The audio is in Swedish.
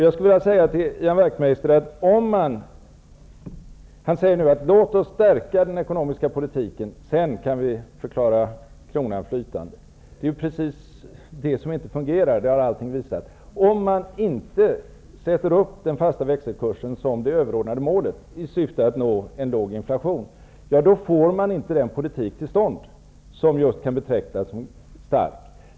Ian Wachtmeister säger nu: Låt oss stärka den ekonomiska politiken -- sedan kan vi förklara kronan flytande! Det är precis det som inte fungerar -- det har allting visat. Om man inte sätter upp den fasta växelkursen som det överordnade målet, i syfte att nå en låg inflation, får man inte till stånd en politik som kan betecknas som just stark.